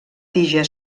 tija